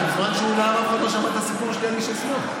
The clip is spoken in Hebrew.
בזמן שהוא נאם אף אחד לא שמע את הסיפור שלי על איש השמאל.